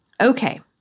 okay